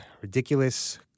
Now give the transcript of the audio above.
ridiculous